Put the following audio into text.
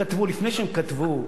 לפני שהם כתבו,